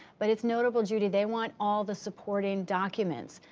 but it's notable, judy, they want all the supporting documents.